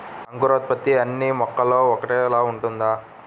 అంకురోత్పత్తి అన్నీ మొక్కలో ఒకేలా ఉంటుందా?